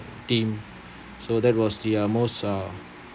team so that was the uh most uh